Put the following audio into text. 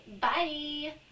Bye